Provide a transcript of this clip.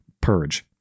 purge